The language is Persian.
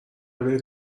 بری